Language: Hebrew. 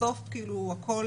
בסוף כאילו הכל,